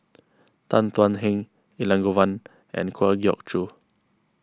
Tan Thuan Heng Elangovan and Kwa Geok Choo